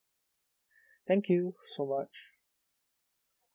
thank you so much